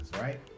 right